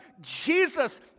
Jesus